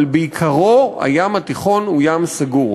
אבל בעיקרו, הים התיכון הוא ים סגור.